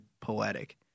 poetic